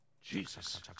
Jesus